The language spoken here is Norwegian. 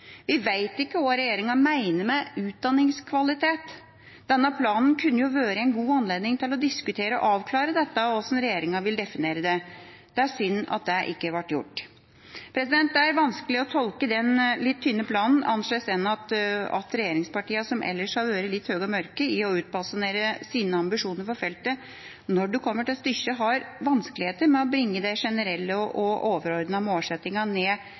Vi vet ikke hva regjeringa mener med «utdanningskvalitet». Denne planen kunne jo vært en god anledning til å diskutere og avklare hvordan regjeringa vil definere det. Det er synd at det ikke ble gjort. Det er vanskelig å tolke den litt tynne planen på annen måte enn at regjeringspartiene, som ellers har vært litt høye og mørke når det gjelder å utbasunere sine ambisjoner for feltet, når det kommer til stykket, har vanskeligheter med å bringe de generelle og overordnede målsettingene ned